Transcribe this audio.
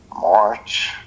March